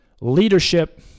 Leadership